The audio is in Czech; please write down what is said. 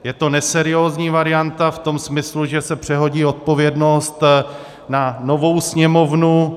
Je to neseriózní varianta v tom smyslu, že se přehodí odpovědnost na novou Sněmovnu.